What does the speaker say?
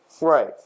right